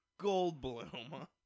Goldblum